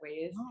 ways